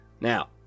Now